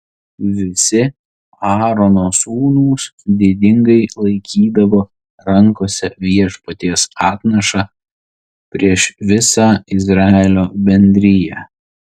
visi aarono sūnūs didingai laikydavo rankose viešpaties atnašą prieš visą izraelio bendriją